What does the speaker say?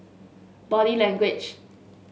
Body Language